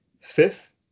fifth